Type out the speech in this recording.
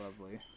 lovely